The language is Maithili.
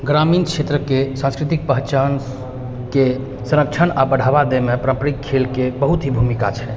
ग्रामीण क्षेत्रके सांस्कृतिक पहिचानके संरक्षण आओर बढ़ाबा दैमे पारम्परिक खेलके बहुत ही भूमिका छै